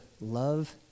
love